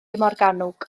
morgannwg